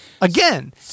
again